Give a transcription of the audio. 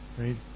right